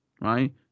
right